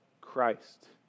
Christ